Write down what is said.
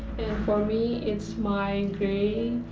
and for me it's my and grey